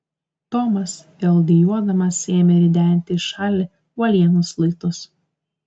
tomas vėl dejuodamas ėmė ridenti į šalį uolienos luitus